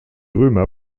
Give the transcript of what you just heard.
römer